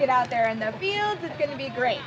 get out there and they're going to be great